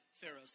Pharaoh's